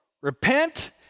repent